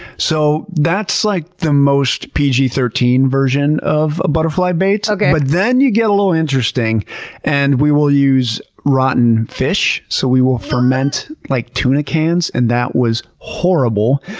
so, that's like the most pg thirteen version of a butterfly bait. so but then you get a little interesting and we will use rotten fish. so we will ferment like tuna cans, and that was horrible.